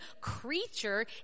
creature